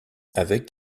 avec